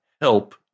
help